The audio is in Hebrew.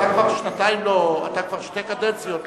אתה כבר שתי קדנציות לא.